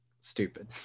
stupid